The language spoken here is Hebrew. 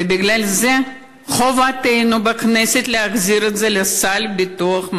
ובגלל זה חובתנו בכנסת להחזיר את זה לסל ביטוח משלים.